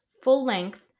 full-length